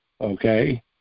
okay